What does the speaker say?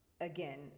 again